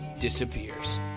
disappears